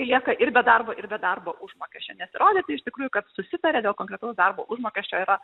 lieka ir be darbo ir be darbo užmokesčio nes įrodyti iš tikrųjų kad susitarė dėl konkretaus darbo užmokesčio yra